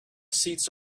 seats